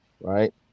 right